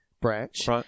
branch